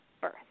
birth